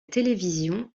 télévision